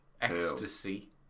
ecstasy